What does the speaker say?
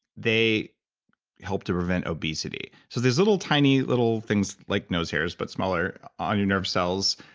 they help to prevent obesity. so these little, tiny little things like nose hairs, but smaller, on your nerve cells,